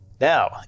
Now